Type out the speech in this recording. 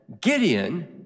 Gideon